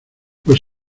pues